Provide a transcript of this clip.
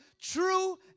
true